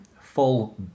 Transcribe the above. full